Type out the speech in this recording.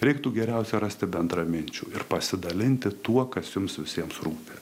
reiktų geriausia rasti bendraminčių ir pasidalinti tuo kas jums visiems rūpi